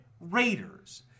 Raiders